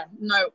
no